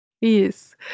Yes